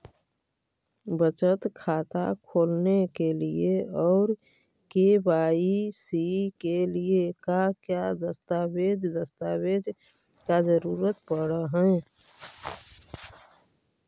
बचत खाता खोलने के लिए और के.वाई.सी के लिए का क्या दस्तावेज़ दस्तावेज़ का जरूरत पड़ हैं?